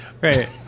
right